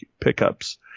pickups